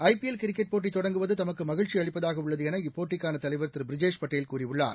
ஐ P L cricket போட்டி தொடங்குவது தமக்கு மகிழ்ச்சி அளிப்பதாக உள்ளது என இப்போட்டிக்கான தலைவைர் திரு பிரிஜேஷ் பட்டேல் கூறியுள்ளார்